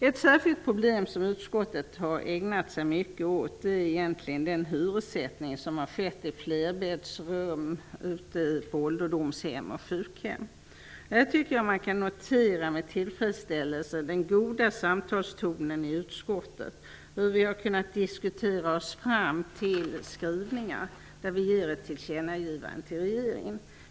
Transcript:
Ett särskilt problem som utskottet har ägnat sig mycket åt är den hyressättning som har tillämpats för flerbäddsrum på ålderdomshem och sjukhem. Jag tycker att man med tillfredsställelse kan notera den goda samtalstonen i utskottet, där vi har kunnat diskutera oss fram till skrivningar som vi föreslår skall ges regeringen till känna.